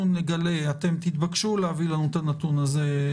אתם תתבקשו להביא לנו את הנתון הזה,